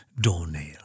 doornail